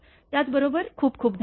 त्याबरोबर खूप खूप धन्यवाद